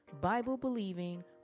Bible-believing